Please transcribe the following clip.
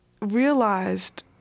realized